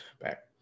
back